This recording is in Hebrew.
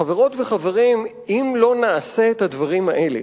חברות וחברים, אם לא נעשה את הדברים האלה,